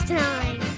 time